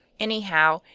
anyhow,